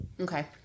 Okay